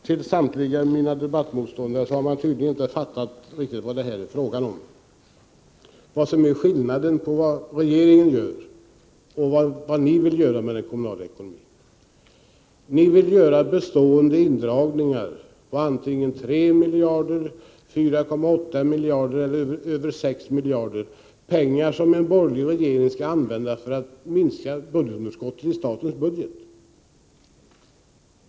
Till samtliga mina debattmotståndare vill jag säga att de tydligen inte har fattat riktigt vad det här är fråga om — vad som är skillnaden mellan vad regeringen gör och vad ni vill göra med den kommunala ekonomin. Ni vill göra bestående indragningar på antingen 3 miljarder, 4,8 miljarder eller över 6 miljarder — pengar som en borgerlig regering skall använda för att minska underskottet i statens budget.